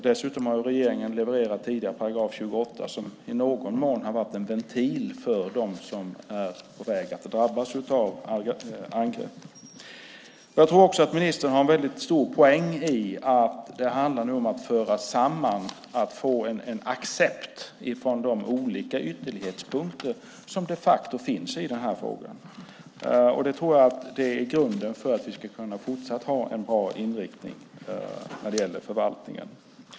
Dessutom har regeringen tidigare levererat 28 §, som i någon mån har varit en ventil för dem som är på väg att drabbas av angrepp. Jag tror också att ministern har en stor poäng i att det nu handlar om att föra samman, att få en accept för, de olika ytterlighetspunkter som de facto finns i den här frågan. Jag tror att det är grunden för att vi ska fortsatt ha en bra inriktning när det gäller förvaltningen.